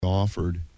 Offered